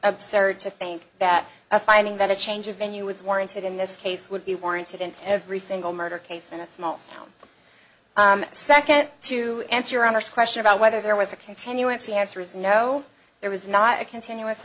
absurd to think that a finding that a change of venue was warranted in this case would be warranted in every single murder case in a small town second to answer on this question about whether there was a continuance the answer is no there was not a continuous